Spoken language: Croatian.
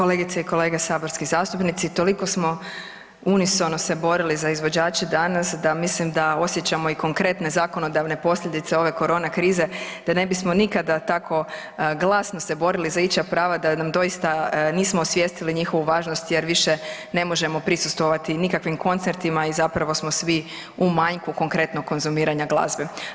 Kolegice i kolege saborski zastupnici toliko smo unisono se borili za izvođače danas da mislim da osjećamo i konkretne zakonodavne posljedice ove korona krize te ne bismo nikada tako glasno se borili za ičija prava da nam doista nismo osvijestili njihovu važnost jer više ne možemo prisustvovati nikakvim koncertima i zapravo smo svi u manjku konkretno konzumiranja glazbe.